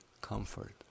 comfort